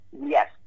yes